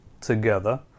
together